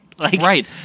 Right